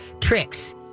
Tricks